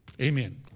Amen